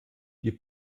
die